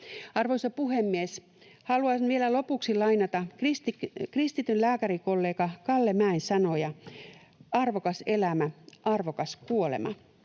Arvoisa puhemies! Haluaisin vielä lopuksi lainata kristityn lääkärikollega Kalle Mäen sanoja ”arvokas elämä, arvokas kuolema”: